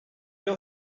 know